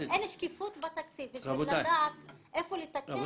אין שקיפות בתקציב בשביל לדעת איפה לתקן.